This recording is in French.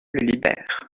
libère